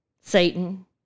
Satan